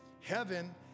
Heaven